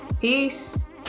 Peace